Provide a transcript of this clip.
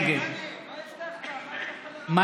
נגד מאי גולן,